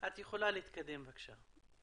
את יכולה להתקדם, בבקשה.